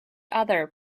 other